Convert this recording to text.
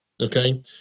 okay